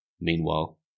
Meanwhile